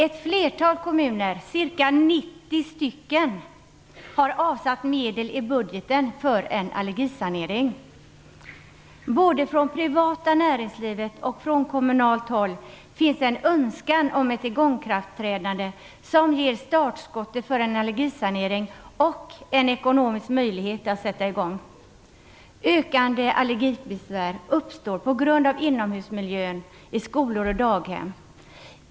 Ett flertal kommuner, ca 90, har avsatt medel i budgeten för en allergisanering. Både från privata näringslivet och från kommunalt håll finns en önskan om ett ikraftträdande som ger startskottet för en allergisanering och en ekonomisk möjlighet att sätta i gång. Den ökande mängden allergibesvär uppstår på grund av inomhusmiljön i skolor och daghem.